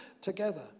together